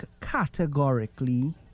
categorically